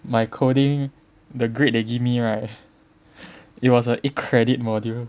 my coding the grade they give me right it was a eight credit module